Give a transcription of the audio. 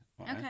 Okay